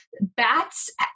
bats